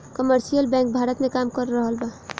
commercial bank Bharat में काम कर रहल बा